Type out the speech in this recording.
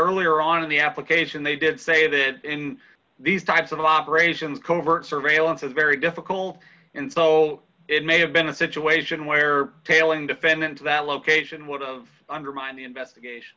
earlier on of the application they did say that in these types of operations covert surveillance is very difficult and so it may have been a situation where tailing defendant to that location would of undermine the investigation